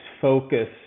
focus